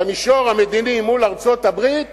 במישור המדיני מול ארצות-הברית,